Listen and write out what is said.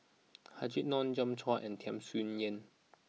Habib Noh Joi Chua and Tham Sien Yen